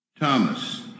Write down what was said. Thomas